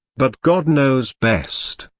but god knows best.